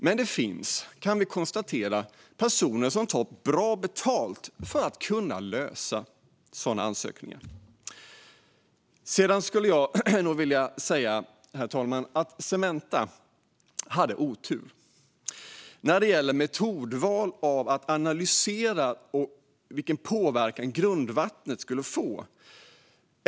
Men vi kan konstatera att det finns personer som tar bra betalt för att kunna göra sådana ansökningar. Herr talman! Sedan vill jag nog säga att Cementa hade otur när det gäller metodval för att analysera vilken påverkan det skulle få på grundvattnet.